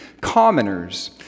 commoners